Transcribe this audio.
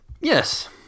Yes